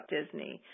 Disney